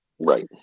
Right